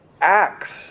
acts